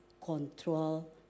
control